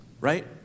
right